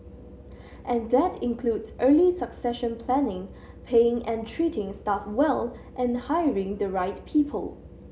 and that includes early succession planning paying and treating staff well and hiring the right people